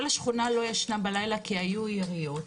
כל השכונה לא ישנה בלילה כי היו יריות.